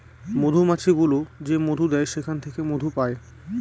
মধুমাছি গুলো যে মধু দেয় সেখান থেকে মধু পায়